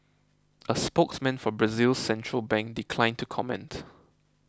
a spokesman for Brazil's central bank declined to comment